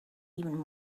even